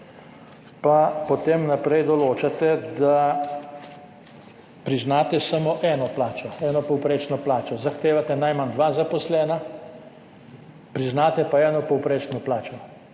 pa potem naprej določate, da priznate samo eno plačo, eno povprečno plačo. Zahtevate najmanj dva zaposlena, priznate pa eno povprečno plačo.